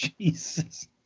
Jesus